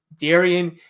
Darian